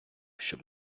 щоб